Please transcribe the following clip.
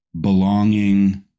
Belonging